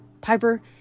piper